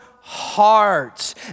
hearts